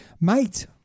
Mate